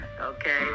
okay